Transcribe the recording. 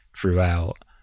throughout